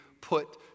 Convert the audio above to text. put